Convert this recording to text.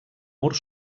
mur